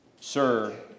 Sir